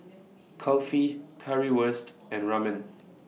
Kulfi Currywurst and Ramen